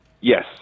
Yes